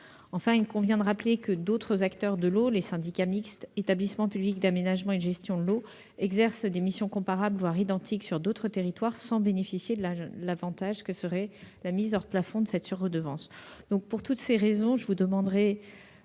Enfin, il convient de rappeler que d'autres acteurs de l'eau, les syndicats mixtes que sont les établissements publics d'aménagement et de gestion de l'eau (Épage) exercent des missions comparables, voire identiques, sur d'autres territoires, sans bénéficier de l'avantage que serait la mise hors plafond de cette sur-redevance. Pour toutes ces raisons, je demande